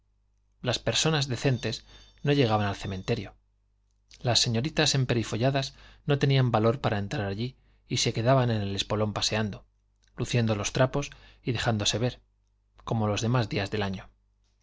las personas decentes no llegaban al cementerio las señoritas emperifolladas no tenían valor para entrar allí y se quedaban en el espolón paseando luciendo los trapos y dejándose ver como los demás días del año